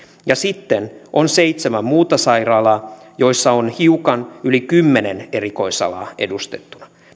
sitten on seitsemän muuta sairaalaa joissa on hiukan yli kymmenen erikoisalaa edustettuna